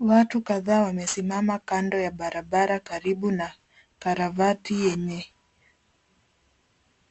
Watu kadhaa wamesimama kando ya barabara karibu na karavati yenye